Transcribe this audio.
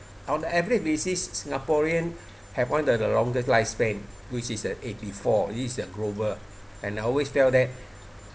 on every basis singaporean have one of the longest lifespan which is at eight four this is a global and I always felt that